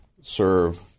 serve